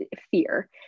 fear